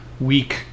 week